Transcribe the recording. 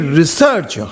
research